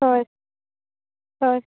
ᱦᱳᱭ ᱦᱳᱭ